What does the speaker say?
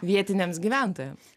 vietiniams gyventojams